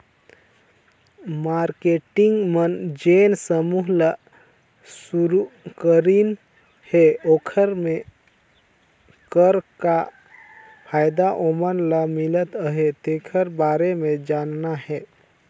marketing मन जेन समूह ल सुरूकरीन हे ओखर मे कर का फायदा ओमन ल मिलत अहे तेखर बारे मे जानना हे